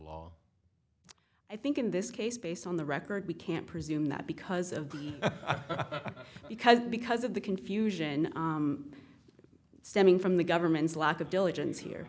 law i think in this case based on the record we can't presume that because of the because because of the confusion stemming from the government's lack of diligence here